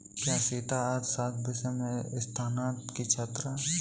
क्या सीता अर्थशास्त्र विषय में स्नातक की छात्रा है?